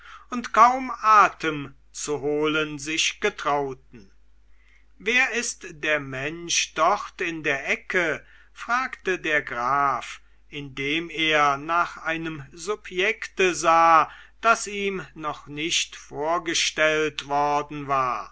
und kaum atem zu holen sich getrauten wer ist der mensch dort in der ecke fragte der graf indem er nach einem subjekte sah das ihm noch nicht vorgestellt worden war